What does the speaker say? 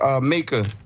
maker